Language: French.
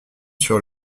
sur